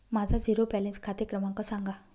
माझा zero balance खाते क्रमांक सांगा